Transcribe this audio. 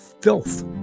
filth